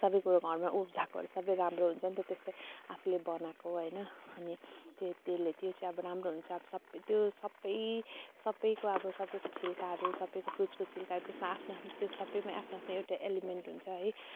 सबै कुरो घरमा उब्जाएको सबै राम्रो हुन्छ नि त त्यस्तै आफूले बनाएको होइन अनि ते त्यसले त्यो चाहिँ अब राम्रो हुन्छ अब सबै त्यो सबै सबैको अब सबैको छिल्काहरू सबैको फ्रुटसको छिल्काहरू त्यसमा आफ्नो आफ्नो त्यो सबैमा आफ्नो आफ्नो एउटा एलिमेन्ट हुन्छ है